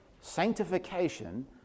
Sanctification